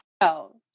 no